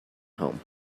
home